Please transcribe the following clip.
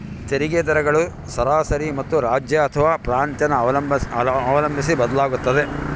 ತೆರಿಗೆ ದರಗಳು ಸರಾಸರಿ ಮತ್ತು ರಾಜ್ಯ ಅಥವಾ ಪ್ರಾಂತ್ಯನ ಅವಲಂಬಿಸಿ ಬದಲಾಗುತ್ತವೆ